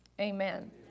amen